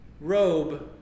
robe